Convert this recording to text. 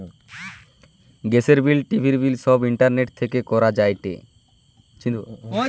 গ্যাসের বিল, টিভির বিল সব ইন্টারনেট থেকে করা যায়টে